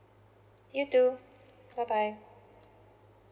you too bye bye